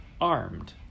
armed